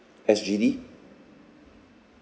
S_G_D